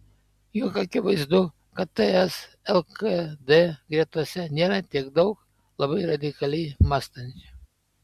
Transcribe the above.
juk akivaizdu kad ts lkd gretose nėra tiek daug labai radikaliai mąstančių